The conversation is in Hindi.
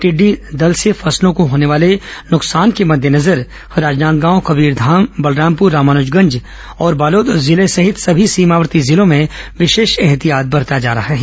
टिड्डी दल से फसलों को होने वाले नुकसान के मद्देनजर राजनांदगांव कबीरधाम बलरामपुर रामानुजगंज और बालोद जिले सहित सभी सीमावर्ती जिलों में विशेष एहतियात बरता जा रहा है